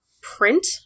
print